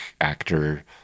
actor